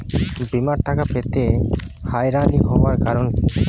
বিমার টাকা পেতে হয়রানি হওয়ার কারণ কি?